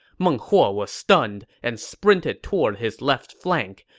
meng huo was stunned and sprinted toward his left flank,